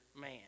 man